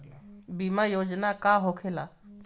बीमा योजना का होखे ला?